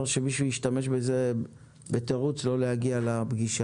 שמישהו ישתמש בזה כתירוץ לא להגיע לדיון.